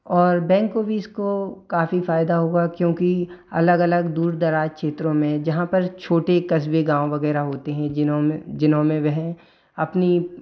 और bank office को काफ़ी फायदा हुगा क्योंकि अलग अलग दूर दराज क्षेत्रों में जहाँ पर छोटे कस्बे गाँव वगैरह होते हैं जिनमें वह अपनी